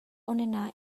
onena